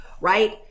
right